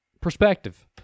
perspective